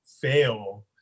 fail